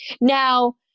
Now